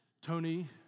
Tony